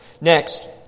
Next